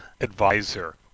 advisor